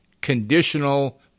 conditional